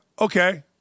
Okay